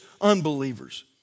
unbelievers